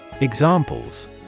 Examples